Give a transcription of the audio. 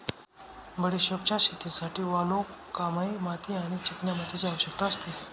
बडिशोपच्या शेतीसाठी वालुकामय माती आणि चिकन्या मातीची आवश्यकता असते